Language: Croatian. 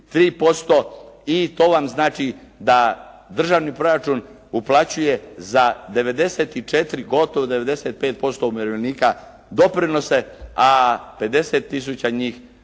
i to vam znači da državni proračun uplaćuje za 94, gotovo 95% umirovljenika doprinose, a 50 tisuća njih